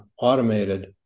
automated